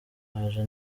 haje